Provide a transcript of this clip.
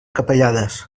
capellades